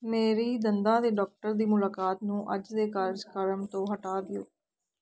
ਮੇਰੀ ਦੰਦਾਂ ਦੇ ਡਾਕਟਰ ਦੀ ਮੁਲਾਕਾਤ ਨੂੰ ਅੱਜ ਦੇ ਕਾਰਜਕ੍ਰਮ ਤੋਂ ਹਟਾ ਦਿਓ